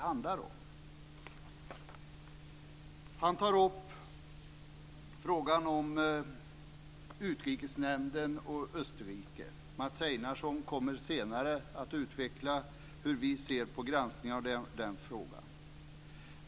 Han tar upp frågan om Utrikesnämnden och Österrike. Mats Einarsson kommer senare att utveckla hur vi ser på granskningen av den frågan.